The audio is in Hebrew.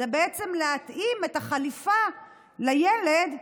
זה בעצם להתאים את החליפה לילד.